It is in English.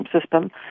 system